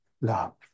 love